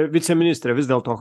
viceministre vis dėlto